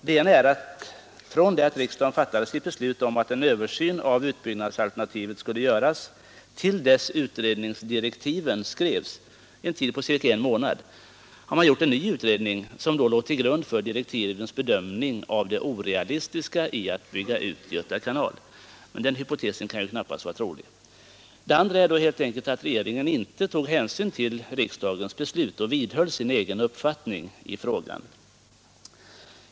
Det ena är att från det att riksdagen fattade sitt beslut om att en översyn av utbyggnadsalternativet skulle göras till dess utredningsdirektiven skrevs, en tid på ca en månad, måste det ha företagits en ny utredning som låg till grund för direktivens bedömning av det orealistiska i att bygga ut Göta kanal. Den hypotesen är emellertid knappast trolig. Det andra konstaterandet är att regeringen helt enkelt inte tog hänsyn till riksdagens beslut utan vidhöll sin egen uppfattning i frågan.